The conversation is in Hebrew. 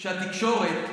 שהתקשורת,